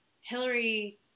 Hillary